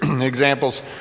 Examples